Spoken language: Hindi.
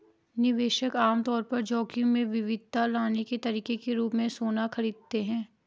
निवेशक आम तौर पर जोखिम में विविधता लाने के तरीके के रूप में सोना खरीदते हैं